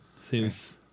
Seems